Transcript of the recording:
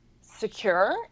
secure